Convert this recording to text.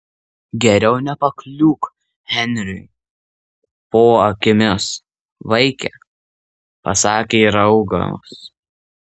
geriau nepakliūk henriui po akimis vaike pasakė raugas